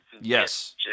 Yes